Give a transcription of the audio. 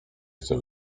chce